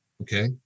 okay